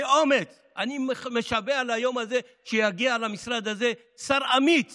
אני משווע ליום שיגיע למשרד הזה שר אמיץ